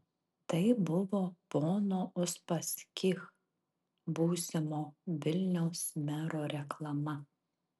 tai buvo pono uspaskich būsimo vilniaus mero reklama